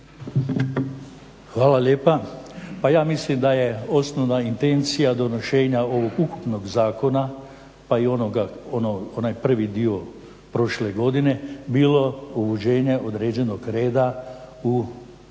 Hvala lijepa. Pa ja mislim da je osnovna intencija donošenja ovog ukupnog zakona pa i onaj prvi dio prošle godine bilo uvođenje određenog reda u